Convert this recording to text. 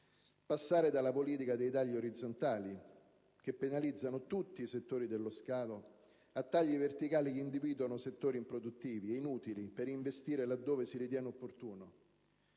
passare dalla politica dei tagli orizzontali, che penalizzano tutti i settori dello Stato, a tagli verticali che individuino settori improduttivi e inutili, per investire laddove si ritiene opportuno,